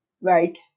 Right